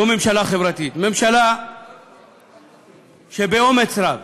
זו ממשלה חברתית, ממשלה שבאומץ רב